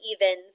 evens